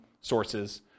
sources